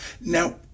Now